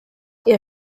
ihr